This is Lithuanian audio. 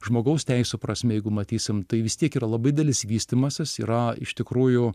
žmogaus teisių prasme jeigu matysim tai vis tiek yra labai didelis vystymasis yra iš tikrųjų